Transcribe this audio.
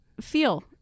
feel